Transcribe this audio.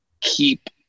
keep